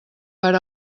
per